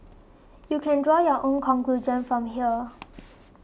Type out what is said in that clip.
you can draw your own conclusion from here